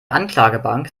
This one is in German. anklagebank